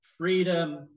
freedom